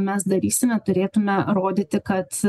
mes darysime turėtume rodyti kad